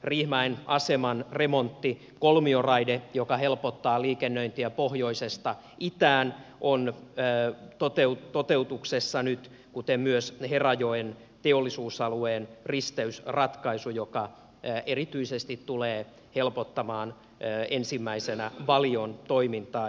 riihimäen aseman remontti kolmioraide joka helpottaa liikennöintiä pohjoisesta itään on toteutuksessa nyt kuten myös herajoen teollisuusalueen risteysratkaisu joka erityisesti tulee helpottamaan ensimmäisenä valion toimintaa